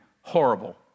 horrible